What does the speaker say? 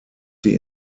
sie